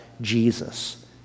Jesus